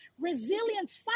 Resilience